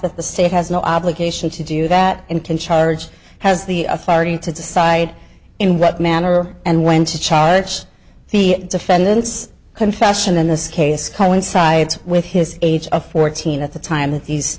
that the state has no obligation to do that in ten charges has the authority to decide in what manner and when to charge the defendant's confession in this case coincides with his age of fourteen at the time that these